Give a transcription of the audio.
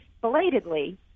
belatedly